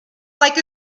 like